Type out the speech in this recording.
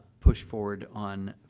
push forward on,